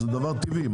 זה דבר טבעי.